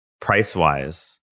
price-wise